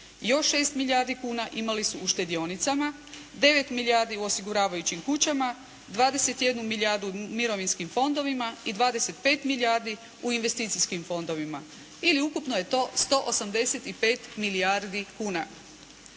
još 6 milijardi kuna imali su u štedionicama, 9 milijardi u osiguravajućim kućama, 21 milijardu u mirovinskim fondovima i 25 milijardi u investicijskim fondovima, ili ukupno je to 185 milijardi kuna.